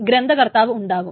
ഗ്രന്ഥകർത്താവ് ഉണ്ടാകും